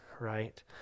right